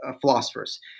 philosophers